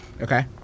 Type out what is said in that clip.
Okay